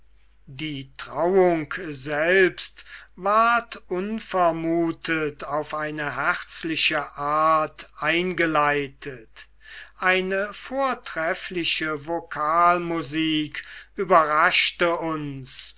die trauung selbst ward unvermutet auf eine herzliche art eingeleitet eine vortreffliche vokalmusik überraschte uns